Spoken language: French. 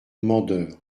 mandeure